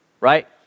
right